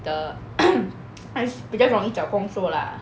the 比较容易找工作 lah